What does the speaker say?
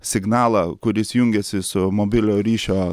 signalą kuris jungiasi su mobiliojo ryšio